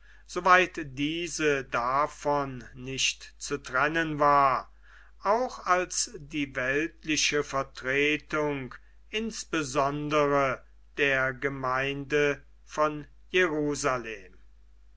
diese davon nicht zu trennen war auch als die weltliche vertretung insbesondere der gemeinde von jerusalem